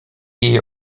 jej